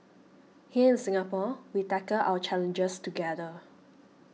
here in Singapore we tackle our challenges together